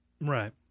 Right